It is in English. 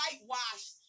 whitewashed